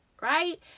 right